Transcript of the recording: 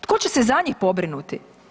Tko će se za njih pobrinuti?